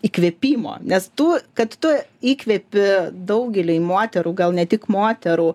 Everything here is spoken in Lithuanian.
įkvėpimo nes tu kad tu įkvepi daugelį moterų gal ne tik moterų